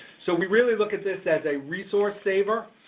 so we really look at this as a resource saver,